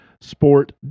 Sport